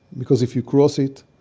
because if you cross it,